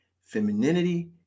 femininity